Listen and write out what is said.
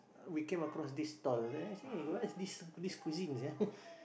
we came across this stall then I say what is this cuisines